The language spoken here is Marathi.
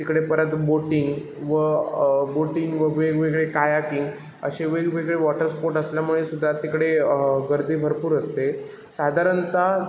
तिकडे परत बोटिंग व बोटिंग व वेगवेगळे कायाकिंग असे वेगवेगळे वॉटर स्पोर्ट असल्यामुळे सुद्धा तिकडे गर्दी भरपूर असते साधारणतः